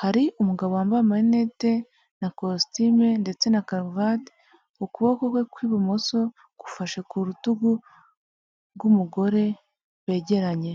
hari umugabo wambaye amarinete na kositimu ndetse na karuvati, ukuboko kwe kw'ibumoso gufashe ku rutugu rw'umugore begeranye.